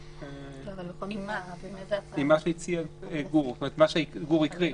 עם מה שהציע גור, כלומר עם מה שגור הקריא?